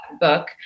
book